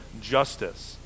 justice